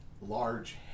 large